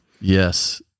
Yes